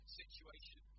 situation